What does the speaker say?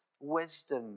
wisdom